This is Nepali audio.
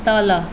तल